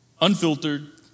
Unfiltered